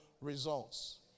results